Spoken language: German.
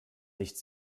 nicht